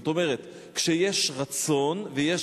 כלומר, כשיש רצון ויש